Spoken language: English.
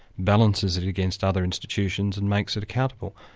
balances it against other institutions and makes it accountable.